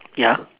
ya